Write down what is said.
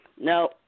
No